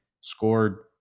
scored